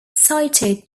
cited